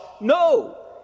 No